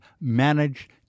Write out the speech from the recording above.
managed